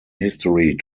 history